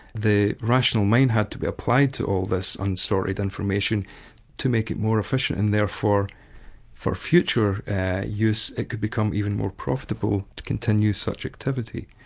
the rational mind had to be applied to all this unsorted information to make it more efficient, and therefore for future use it could become even more profitable to continue such activity.